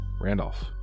Randolph